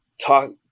talk